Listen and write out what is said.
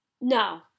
No